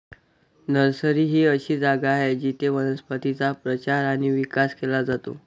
nursery ही अशी जागा आहे जिथे वनस्पतींचा प्रचार आणि विकास केला जातो